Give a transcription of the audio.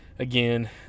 Again